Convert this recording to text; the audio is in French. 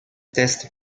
teste